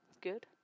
good